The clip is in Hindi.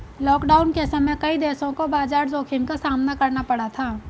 लॉकडाउन के समय कई देशों को बाजार जोखिम का सामना करना पड़ा था